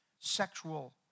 sexual